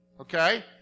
okay